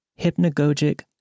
hypnagogic